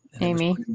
amy